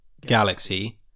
galaxy